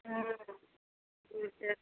B J P